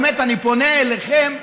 באמת, אני פונה אליכם,